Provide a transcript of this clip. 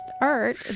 art